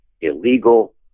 illegal